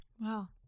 Wow